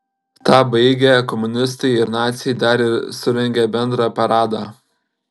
tą baigę komunistai ir naciai dar ir surengė bendrą paradą